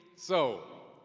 so.